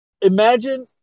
imagine